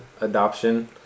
adoption